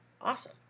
awesome